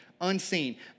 unseen